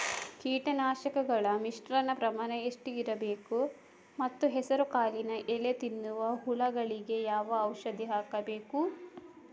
ಕೀಟನಾಶಕಗಳ ಮಿಶ್ರಣ ಪ್ರಮಾಣ ಎಷ್ಟು ಇರಬೇಕು ಮತ್ತು ಹೆಸರುಕಾಳಿನ ಎಲೆ ತಿನ್ನುವ ಹುಳಗಳಿಗೆ ಯಾವ ಔಷಧಿ ಹಾಕಬೇಕು?